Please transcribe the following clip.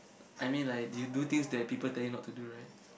I mean like you do things that people tell you not to do right